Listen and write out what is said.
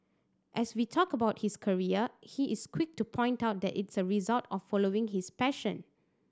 as we talk about his career he is quick to point out that it's a result of following his passion